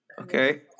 Okay